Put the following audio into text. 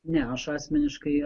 ne aš asmeniškai